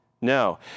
No